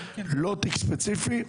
לא תיק ספציפי,